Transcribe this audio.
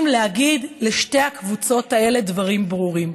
להגיד לשתי הקבוצות האלה דברים ברורים.